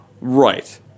Right